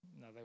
no